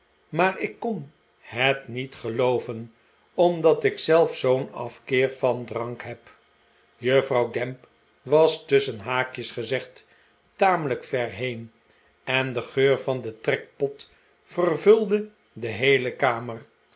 maar ik kon het niet gelooven omdat ik zelf zoo'n afkeer van drank heb juffrouw gamp was tusschen haakjes gezegd tamelijk ver heen en de geur van den trekpot vervulde de heele kamer